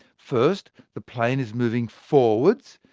first, the plane is moving forwards,